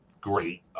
great